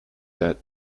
that